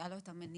היה לו את המניע.